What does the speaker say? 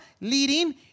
leading